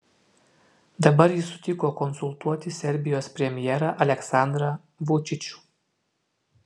dabar jis sutiko konsultuoti serbijos premjerą aleksandrą vučičių